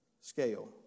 scale